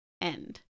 end